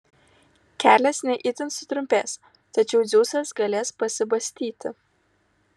kelias ne itin sutrumpės tačiau dzeusas galės pasibastyti